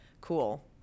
cool